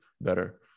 better